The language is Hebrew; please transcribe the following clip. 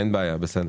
אין בעיה, בסדר.